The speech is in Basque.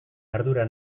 ardura